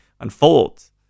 unfolds